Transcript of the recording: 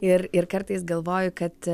ir ir kartais galvoju kad